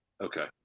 Okay